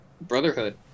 brotherhood